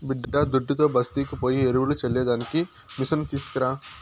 బిడ్డాదుడ్డుతో బస్తీకి పోయి ఎరువులు చల్లే దానికి మిసను తీస్కరా